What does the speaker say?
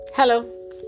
Hello